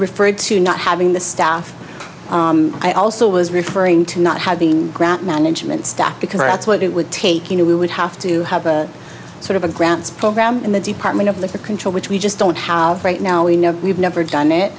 referred to not having the staff i also was referring to not having ground management staff because that's what it would take you know we would have to have a sort of a grants program in the department of the control which we just don't have right now we know we've never done it